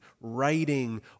writing